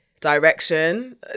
direction